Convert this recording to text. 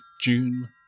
June